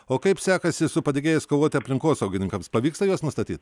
o kaip sekasi su padegėjais kovoti aplinkosaugininkams pavyksta juos nustatyt